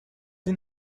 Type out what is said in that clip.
این